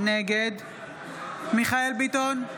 נגד מיכאל מרדכי ביטון,